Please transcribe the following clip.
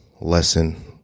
lesson